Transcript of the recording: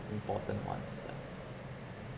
important ones ah